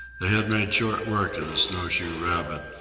they had made short work of the snowshoe rabbit,